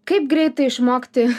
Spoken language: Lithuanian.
kaip greitai išmokti